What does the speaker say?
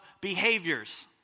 behaviors